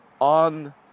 on